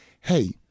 Hey